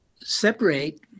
separate